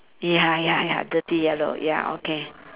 ya ya ya dirty yellow ya okay